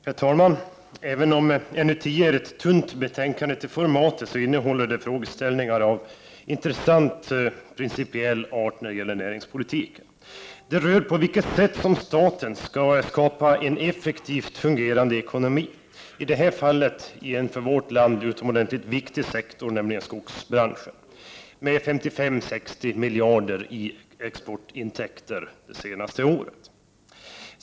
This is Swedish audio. Herr talman! Även om näringsutskottets betänkande 10 är tunt till formatet, innehåller det frågeställningar av intressant principiell art när det gäller näringspolitiken. Det rör på vilket sätt staten skall skapa en effektivt fungerande ekonomi, i detta fall på en för vårt land viktig sektor, nämligen skogsbranschen, med 55-60 miljarder kronor i exportintäkter det senaste året.